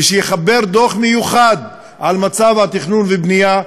ויחבר דוח מיוחד על מצב התכנון והבנייה,